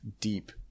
deep